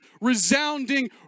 resounding